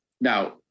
Now